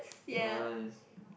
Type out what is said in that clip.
nice